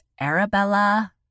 Arabella